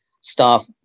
staff